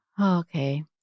Okay